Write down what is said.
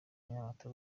nyamata